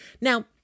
now